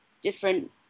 different